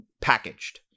packaged